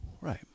Right